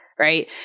Right